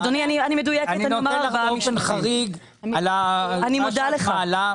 אני נותן לך באופן חריג על מה שאת מעלה.